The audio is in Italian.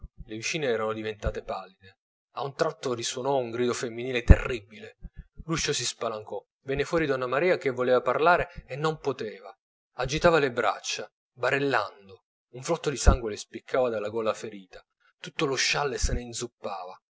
le vicine erano diventate pallide a un tratto risuonò un grido femminile terribile l'uscio si spalancò venne fuori donna maria che voleva parlare e non poteva agitava le braccia barellando un flotto di sangue le spicciava dalla gola ferita tutto lo scialle se ne